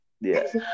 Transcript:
yes